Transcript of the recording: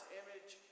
image